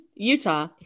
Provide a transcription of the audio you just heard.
Utah